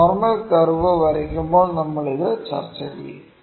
normal curve വരയ്ക്കുമ്പോൾ നമ്മൾ ഇത് ചർച്ച ചെയ്യും